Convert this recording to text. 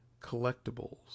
collectibles